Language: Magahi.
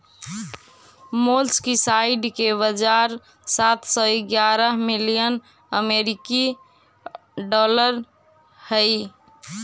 मोलस्कीसाइड के बाजार सात सौ ग्यारह मिलियन अमेरिकी डॉलर हई